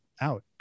Out